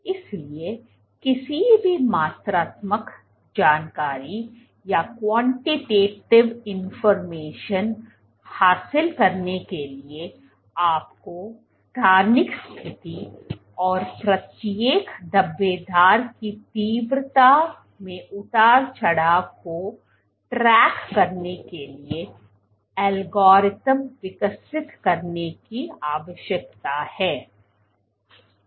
इसलिए किसी भी मात्रात्मक जानकारी हासिल करने के लिए आपको स्थानिक स्थिति और प्रत्येक धब्बेदार की तीव्रता में उतार चढ़ाव को ट्रैक करने के लिए एल्गोरिदम विकसित करने की आवश्यकता है